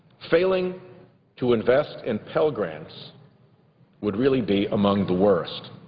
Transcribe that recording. failing to invest in pell grants would really be among the worst.